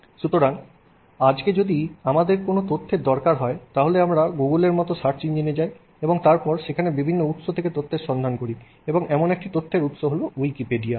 সুতরাং আজকে যদি আমাদের কোন তথ্যের দরকার হয় তাহলে আমরা গুগলের মত সার্চ ইঞ্জিনে যায় এবং তারপর সেখানে বিভিন্ন উৎস থেকে তথ্যের সন্ধান করি এবং এমন একটি তথ্যের উৎস হল উইকিপেডিয়া